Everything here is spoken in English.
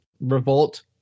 revolt